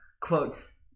quotes